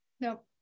Nope